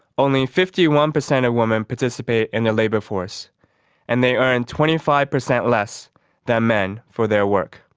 only fifty one percent of women participate in the labour force and they earn twenty five percent less than men for their work.